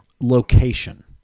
Location